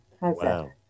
Wow